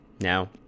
Now